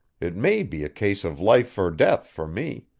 it may be a case of life or death for me.